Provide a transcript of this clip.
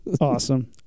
Awesome